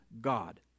God